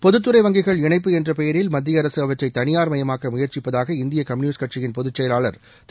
பொதுத்துறை வங்கிகள் இணைப்பு என்ற பெயரில் மத்திய அரசு அவற்றை தனியார்மயமாக்க முயற்சிப்பதாக இந்திய கம்யூனிஸ்ட் கட்சியின் பொதுச்செயலாளர் திரு